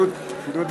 תודה.